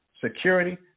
security